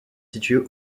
situé